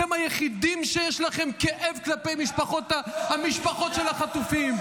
אתם היחידים שיש להם כאב כלפי המשפחות של החטופים.